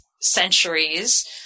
centuries